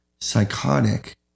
psychotic